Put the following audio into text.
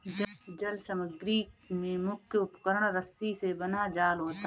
जल समग्री में मुख्य उपकरण रस्सी से बना जाल होता है